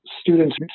students